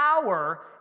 power